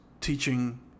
teaching